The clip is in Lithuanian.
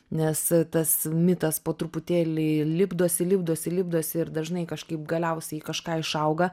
nes tas mitas po truputėlį lipdosi lipdosi lipdosi ir dažnai kažkaip galiausiai į kažką išauga